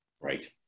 Right